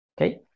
okay